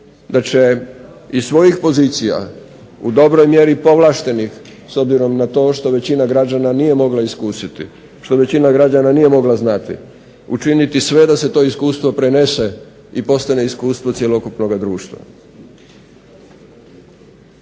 da će iz svojih pozicija u dobroj mjeri povlaštenih s obzirom na to što većina građana nije mogla iskusit, što većina građana nije mogla znati učiniti sve da se to iskustvo prenese i postane iskustvo cjelokupnoga društva.